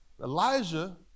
Elijah